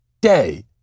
day